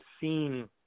seen